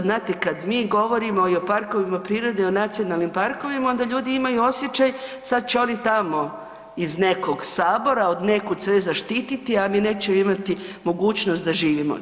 Znate kada mi govorimo i o parkovima prirode i o nacionalnim parkovima onda ljudi imaju osjećaj sad će oni tamo iz nekog Sabora od nekud sve zaštiti, a mi nećemo imati mogućnost da živimo.